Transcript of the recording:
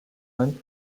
month